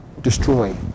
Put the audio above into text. destroy